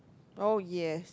oh ya